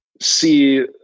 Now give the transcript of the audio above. see